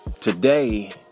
Today